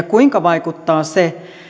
kuinka vaikuttaa se